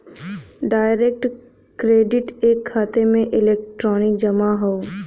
direct credit एक खाते में एक इलेक्ट्रॉनिक जमा हौ